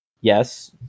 yes